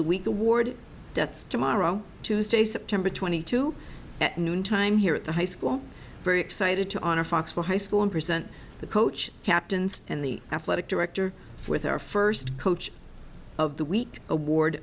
the week award deaths tomorrow tuesday september twenty two at noontime here at the high school very excited to honor foxwell high school and present the coach captains and the athletic director with our first coach of the week award